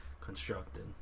constructed